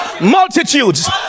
Multitudes